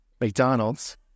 McDonald's